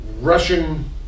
russian